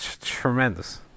tremendous